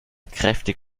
kräftig